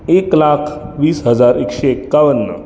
एक लाख वीस हजार एकशे एक्कावन्न